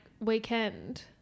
weekend